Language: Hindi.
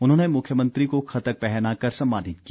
उन्होंने मुख्यमंत्री को खतक पहनाकर सम्मानित किया